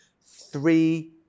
three